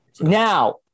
Now